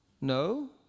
No